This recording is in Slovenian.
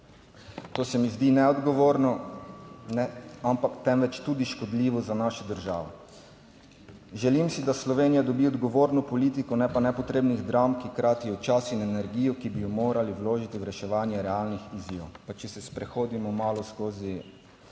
To se mi zdi neodgovorno, ampak temveč tudi škodljivo za našo državo. Želim si, da Slovenija dobi odgovorno politiko, ne pa nepotrebnih dram, ki kratijo čas in energijo, ki bi jo morali vložiti v reševanje realnih izzivov. Pa če se sprehodimo malo skozi